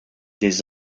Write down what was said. des